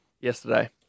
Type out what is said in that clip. yesterday